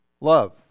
love